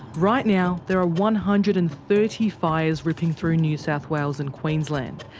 right now there are one hundred and thirty fires ripping through new south wales and queensland.